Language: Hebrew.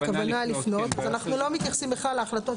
אמרנו שאנחנו נשלים אותו ונקבע איזה שהוא מועד פרסום.